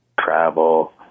travel